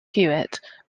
hewitt